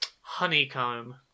Honeycomb